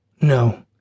No